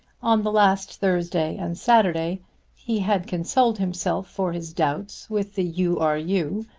on the last thursday and saturday he had consoled himself for his doubts with the u. r. u,